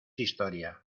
historia